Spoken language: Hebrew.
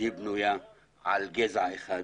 שהיא בנויה על גזע אחד,